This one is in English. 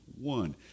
one